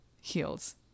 heals